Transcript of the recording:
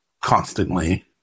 constantly